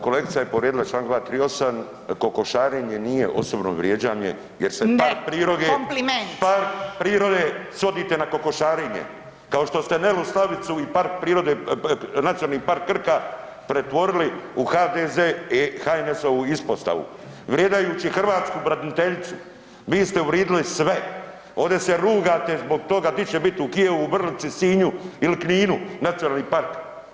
Kolegica je povrijedila Članak 238. kokošarenje nije osobno vrijeđanje jer se [[Upadica: Ne, kompliment.]] park prirode, park prirode svodite na kokošarenje kao što ste Nelu Slavicu i park prirode, Nacionalni park Krka pretvorili u HDZ i HNS-ovu ispostavu, vrijeđajući hrvatsku braniteljicu vi ste uvridili sve, ovdje se rugate zbog toga di će biti u Kijevu, Vrlici, Sinju ili Kninu nacionalni park.